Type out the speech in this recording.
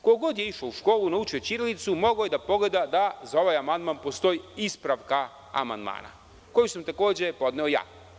Ko god je išao u školu, učio ćirilicu, mogao je da pogleda da za ovaj amandman postoji ispravka amandmana, koju sam takođe podneo ja.